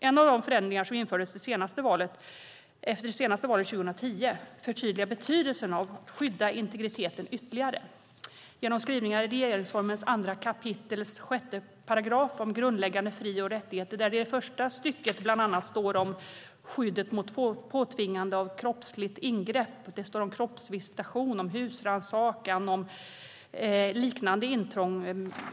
En av de förändringar som infördes efter det senaste valet 2010 förtydligar betydelsen av att skydda integriteten ytterligare genom skrivningen i 2 kap. 6 § regeringsformen om grundläggande fri och rättigheter, där det i det i första stycket bland annat talas om skyddet mot påtvingat kroppsligt ingrepp. Det står om kroppsvisitation, husrannsakan och liknande intrång.